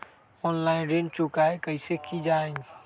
Online ऋण चुकाई कईसे की ञाई?